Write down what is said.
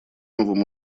новым